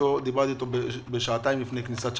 ודיברתי אתו שעתיים לפני כניסת שבת.